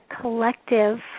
collective